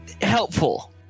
helpful